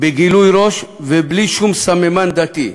בגילוי ראש ובלי שום סממן דתי,